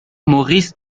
maurice